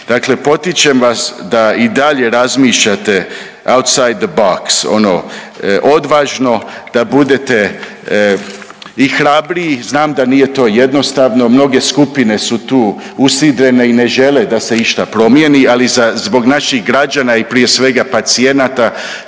Dakle potičem vas da i dalje razmišljate …/Govornik se ne razumije/…ono odvažno, da budete i hrabri i znam da nije to jednostavno, mnoge skupine su tu usidrene i ne žele da se išta promijene, ali zbog naših građana i prije svega pacijenata